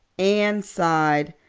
anne sighed,